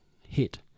hit